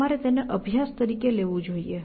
તમારે તેને અભ્યાસ તરીકે લેવું જોઈએ